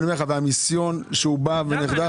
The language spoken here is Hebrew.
סעיף 61, יחכה לישיבה הבאה.